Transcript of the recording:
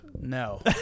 No